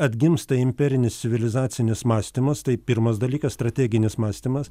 atgimsta imperinis civilizacinis mąstymas tai pirmas dalykas strateginis mąstymas